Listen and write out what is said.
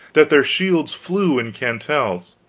that their shields flew in cantels,